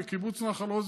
בקיבוץ נחל עוז,